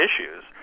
issues